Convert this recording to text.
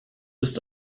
ist